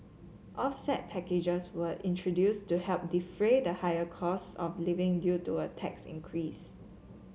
offset packages were introduced to help defray the higher costs of living due to a tax increase